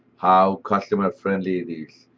how customer-friendly it is,